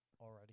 Already